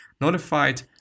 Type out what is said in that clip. Notified